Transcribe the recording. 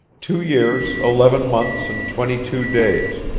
two years, eleven months and twenty-two days.